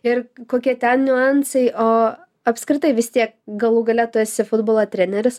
ir kokie ten niuansai o apskritai vis tiek galų gale tu esi futbolo treneris